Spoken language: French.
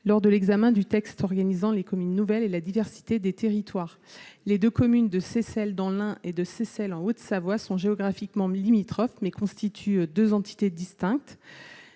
lors de l'examen du texte organisant les communes nouvelles et la diversité des territoires, les 2 communes de Seyssel, dans l'Ain et de Seyssel en Haute-Savoie sont géographiquement 1000 limitrophes mais constituent 2 entités distinctes,